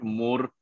more